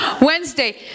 Wednesday